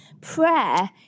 Prayer